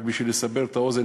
רק בשביל לסבר את האוזן,